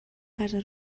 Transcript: casa